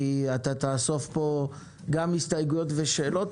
כי אתה תאסוף פה גם הסתייגויות ושאלות,